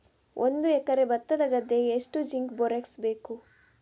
ಒಂದು ಎಕರೆ ಭತ್ತದ ಗದ್ದೆಗೆ ಎಷ್ಟು ಜಿಂಕ್ ಬೋರೆಕ್ಸ್ ಬೇಕು?